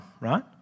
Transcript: right